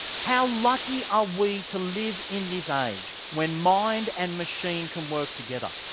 how lucky are we to live in this age when mind and machine can work together?